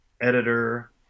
editor